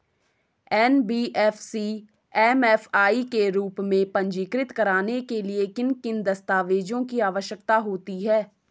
NBFC MFI के रूप में पंजीकृत कराने के लिए किन किन दस्तावेज़ों की आवश्यकता होती है?